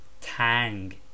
tang